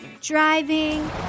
Driving